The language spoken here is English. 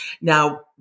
Now